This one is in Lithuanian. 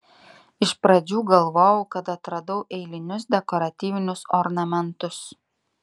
iš pradžių galvojau kad atradau eilinius dekoratyvinius ornamentus